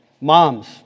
Moms